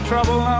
Trouble